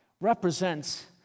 represents